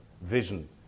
vision